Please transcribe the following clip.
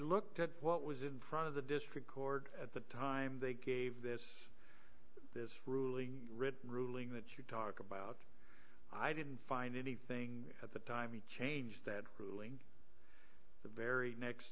looked at what was in front of the district court at the time they gave this this ruling written ruling that you talk about i didn't find anything at the time to change that ruling the very next